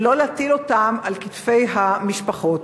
ולא להטיל אותם על כתפי המשפחות.